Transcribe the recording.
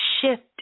shift